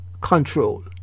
control